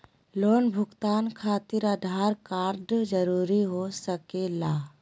Loan भुगतान खातिर Aadhaar card जरूरी हो सके ला?